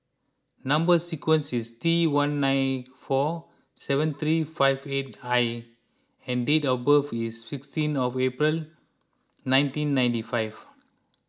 Number Sequence is T one nine four seven three five eight I and date of birth is sixteen of April nineteen ninety five